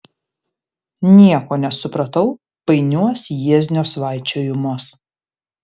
nieko nesupratau painiuos jieznio svaičiojimuos